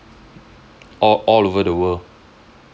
all all over the world